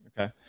Okay